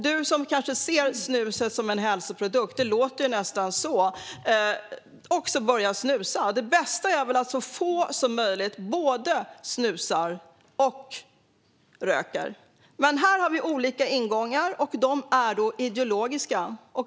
Du kanske ser snuset som en hälsoprodukt - det låter nästan så - men det bästa är väl att så få som möjligt röker eller snusar. Här har vi olika ingångar, och de är ideologiska.